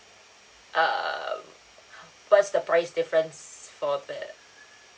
err what's the price difference for that